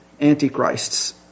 antichrists